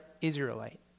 Israelite